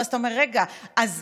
ואז אתה אומר: אז רגע,